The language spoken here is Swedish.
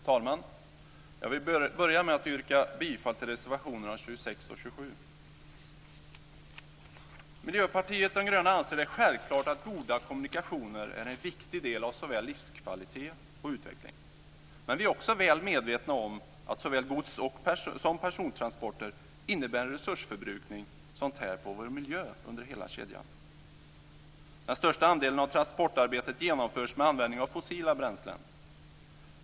Herr talman! Jag vill börja med att yrka bifall till reservationerna 26 och 27. Miljöpartiet de gröna anser det självklart att goda kommunikationer är en viktig del av såväl livskvalitet som utveckling. Men vi är också väl medvetna om att såväl gods som persontransporter kräver en resursförbrukning som tär på vår miljö i hela kedjan. Den största andelen av transportarbetet genomförs med användning av fossila bränslen.